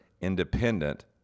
independent